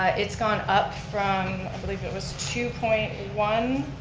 ah it's gone up from, i believe it was two point one.